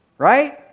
Right